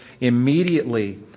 immediately